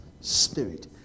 spirit